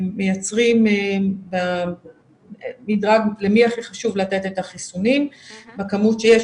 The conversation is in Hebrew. מייצרים מדרג למי הכי חשוב לתת את החיסונים בכמות שיש.